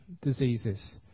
diseases